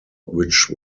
which